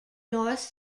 north